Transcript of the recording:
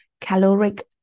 caloric